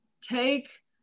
Take